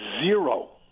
zero